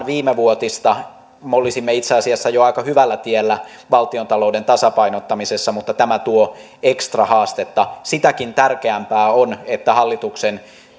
viimevuotista me olisimme itse asiassa jo aika hyvällä tiellä valtiontalouden tasapainottamisessa mutta tämä tuo ekstrahaastetta sitäkin tärkeämpää on että hallituksen